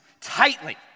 tightly